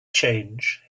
change